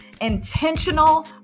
intentional